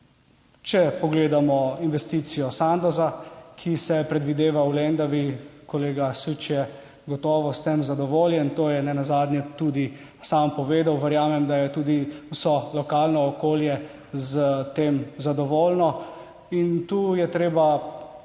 če pogledamo investicijo Sandosa, ki se predvideva v Lendavi. Kolega Süč je gotovo s tem zadovoljen, to je nenazadnje tudi sam povedal, verjamem da je tudi vso lokalno okolje s tem zadovoljno, in tu je treba čestitati